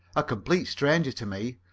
a complete stranger to me,